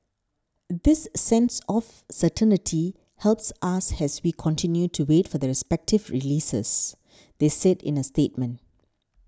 this sense of certainty helps us has we continue to wait for the respective releases they said in a statement